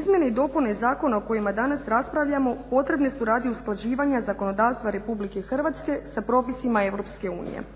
Izmjene i dopune zakona o kojima danas raspravljamo potrebne su radi usklađivanja zakonodavstva Republike Hrvatske sa propisima Europske Unije,